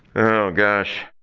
oh gosh.